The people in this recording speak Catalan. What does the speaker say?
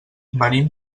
venim